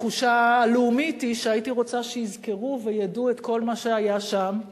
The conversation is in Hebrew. התחושה הלאומית היא שהייתי רוצה שיזכרו וידעו את כל מה שהיה שם,